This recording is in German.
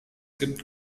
gibt